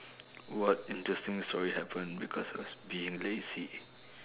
what interesting story happened because I was being lazy